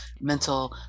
mental